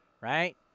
right